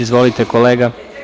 Izvolite, kolega.